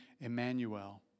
Emmanuel